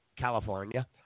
California